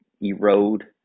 erode